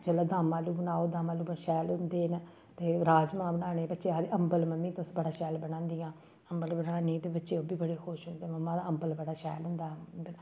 जेल्लै दम्म आलू बनाओ दम्म आलू बड़े शैल होंदे न ते राजमाह् बनाने बच्चे आखदे अम्बल मम्मी तुस बड़ा शैल बनांदियां अम्बल बन्नानी ते बच्चे ओह् बी बड़े खुश होंदे मम्मा दा अम्बल बड़ा शैल होंदा